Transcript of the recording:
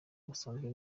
ubusanzwe